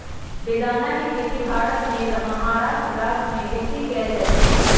बेदाना के खेती भारत के महाराष्ट्र राज्यमें बेशी कएल जाइ छइ